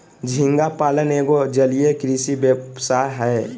झींगा पालन एगो जलीय कृषि व्यवसाय हय